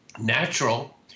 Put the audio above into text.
natural